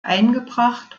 eingebracht